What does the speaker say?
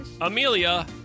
Amelia